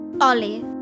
Ollie